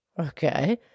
Okay